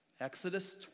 Exodus